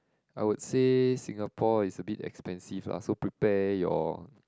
I would say Singapore is a bit expensive lah so prepare your